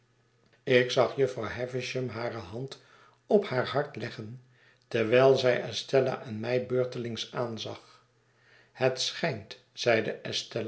ik zag jufvrouw havisham hare hand op haar hart leggen terwijl zij estella en mij beurtelings aanzag het schijnt zeide